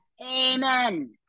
Amen